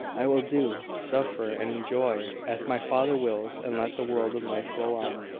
i will do, suffer and enjoy, as my father wills and let the world and life roll on!